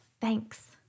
Thanks